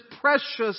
precious